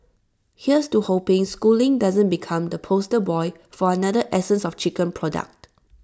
here's to hoping schooling doesn't become the poster boy for another essence of chicken product